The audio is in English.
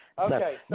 Okay